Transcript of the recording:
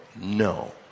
no